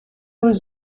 was